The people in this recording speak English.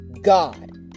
God